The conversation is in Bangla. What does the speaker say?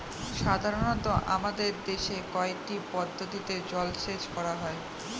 সাধারনত আমাদের দেশে কয়টি পদ্ধতিতে জলসেচ করা হয়?